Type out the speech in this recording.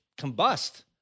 combust